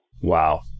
Wow